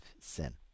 sin